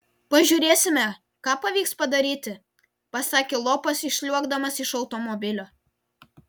pažiūrėsime ką pavyks padaryti pasakė lopas išsliuogdamas iš automobilio